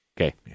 Okay